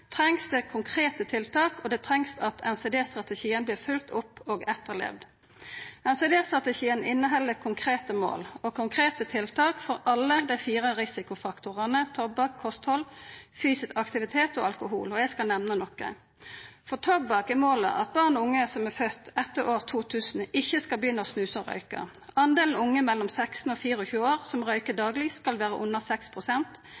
trengst det konkrete tiltak, og det trengst at NCD-strategien vert følgt opp og etterlevd. NCD-strategien inneheld konkrete mål og konkrete tiltak for alle dei fire risikofaktorane tobakk, kosthald, fysisk aktivitet og alkohol, og eg skal nemna nokre av dei. For tobakk er målet at barn og unge som er fødde etter 2000, ikkje skal begynna å snusa og røyka. Prosentdelen unge mellom 16 og 24 år som røyker